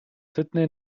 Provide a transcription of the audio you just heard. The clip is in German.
sydney